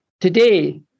Today